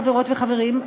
חברות וחברים,